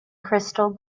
crystal